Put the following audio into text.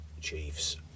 Chiefs